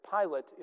Pilate